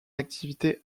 activité